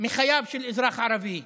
מחייו של אזרח ערבי?